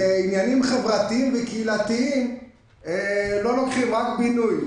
לעניינים חברתיים וקהילתיים לא נותנים אלא רק לבינוי.